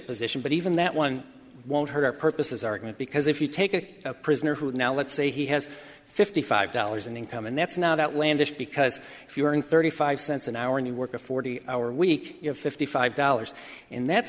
position but even that one won't hurt our purposes argument because if you take a prisoner who is now let's say he has fifty five dollars in income and that's not that landis because if you earn thirty five cents an hour and you work a forty hour week you're fifty five dollars in that